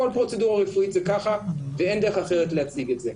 כל פרוצדורה רפואית זה ככה ואין דרך אחרת להציג את זה.